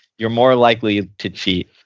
you're more likely to cheat,